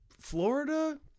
Florida